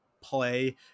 play